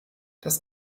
das